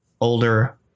older